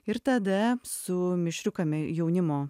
ir tada su mišriu kame jaunimo